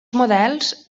models